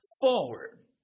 forward